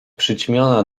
przyćmiona